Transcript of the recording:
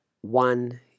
one